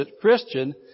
Christian